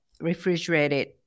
refrigerated